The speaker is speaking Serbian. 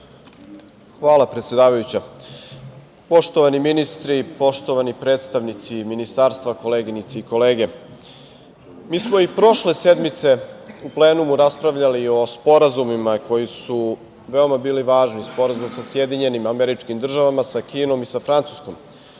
Hvala, predsedavajuća. Poštovani ministri, poštovani predstavnici ministarstva, koleginice i kolege, mi smo i prošle sednice u plenumu raspravljali o sporazumima koji su veoma bili važni, sporazum sa SAD, sa Kinom i sa Francuskom.